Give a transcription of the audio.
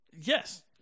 Yes